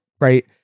right